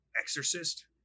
exorcist